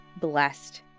blessed